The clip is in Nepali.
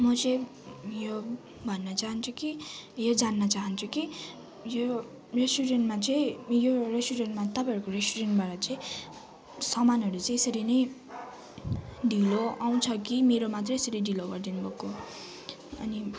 म चाहिँ यो भन्न चाहन्छु कि यो जान्न चाहन्छु कि यो रेस्टुरेन्टमा चाहिँ यो रेस्टुरेन्टमा तपाईँहरूको रेस्टुरेन्टमा चाहिँ सामानहरू चाहिँ यसरी नै ढिलो आउँछ कि मेरो मात्रै यसरी ढिलो गरिदिनु भएको अनि